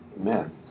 Amen